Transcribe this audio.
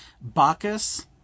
Bacchus